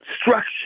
structure